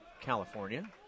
California